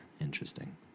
Interesting